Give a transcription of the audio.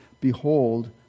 Behold